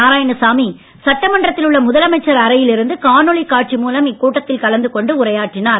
நாராயணசாமி சட்டமன்றத்தில் உள்ள முதலமைச்சர் அறையில் இருந்து காணொளி காட்சி மூலம் இக்கூட்டத்தில் கலந்து கொண்டு உரையாற்றினார்